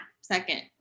Second